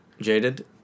jaded